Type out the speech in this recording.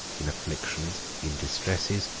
in afflictions, in distresses,